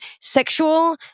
sexual